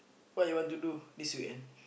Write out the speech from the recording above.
what you want to do this weekend